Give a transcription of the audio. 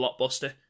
blockbuster